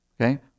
Okay